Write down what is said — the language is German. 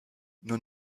nur